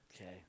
Okay